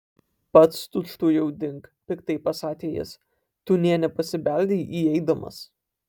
pats tučtuojau dink piktai pasakė jis tu nė nepasibeldei įeidamas